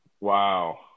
Wow